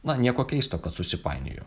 na nieko keisto kad susipainiojo